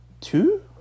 two